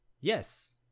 Yes